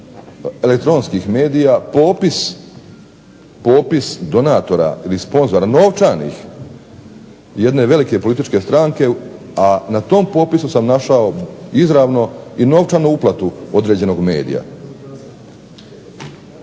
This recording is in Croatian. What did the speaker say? elektronskih medija popis donatora ili sponzora novčanih jedne velike političke stranke, a na tom popisu sam našao izravno i novčanu uplatu određenog medija.